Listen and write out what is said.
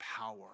power